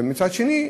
אבל מצד שני,